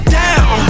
down